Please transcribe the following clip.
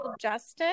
justice